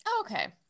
Okay